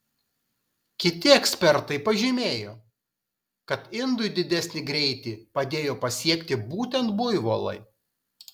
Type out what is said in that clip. kiti ekspertai pažymėjo kad indui didesnį greitį padėjo pasiekti būtent buivolai